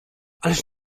ależ